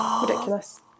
Ridiculous